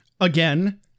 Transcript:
Again